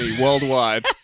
worldwide